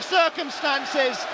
circumstances